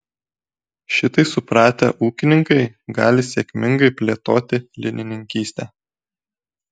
šitai supratę ūkininkai gali sėkmingai plėtoti linininkystę